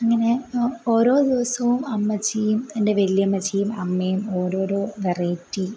അങ്ങനെ ഓരോ ദിവസവും അമ്മച്ചിയും എൻ്റെ വലിയ അമ്മച്ചിയും അമ്മയും ഓരോരോ വെറൈറ്റി